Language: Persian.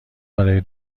برای